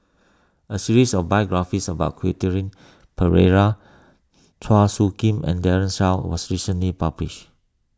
a series of biographies about Quentin Pereira Chua Soo Khim and Daren Shiau was recently published